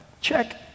Check